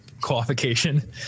qualification